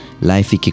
life